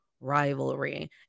rivalry